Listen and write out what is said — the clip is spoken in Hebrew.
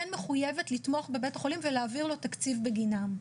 מחויבת לתמוך בבית החולים ולהעביר לו תקציב בגינם.